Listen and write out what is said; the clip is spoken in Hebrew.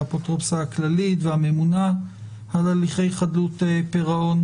האפוטרופוסית הכללית והממונה על הליכי חדלות פירעון,